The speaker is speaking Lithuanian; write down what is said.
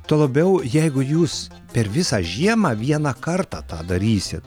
tuo labiau jeigu jūs per visą žiemą vieną kartą tą darysit